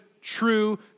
true